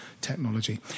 technology